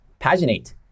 Paginate